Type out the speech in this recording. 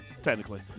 Technically